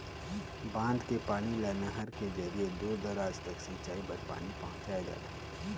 बांध के पानी ल नहर के जरिए दूर दूराज तक सिंचई बर पानी पहुंचाए जाथे